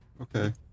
Okay